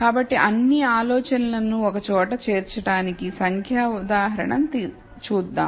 కాబట్టి అన్ని ఆలోచనలను ఒకచోట చేర్చడానికి సంఖ్యా ఉదాహరణను చూద్దాం